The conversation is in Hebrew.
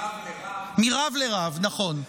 מרב לרב זאת סגולה מיוחדת.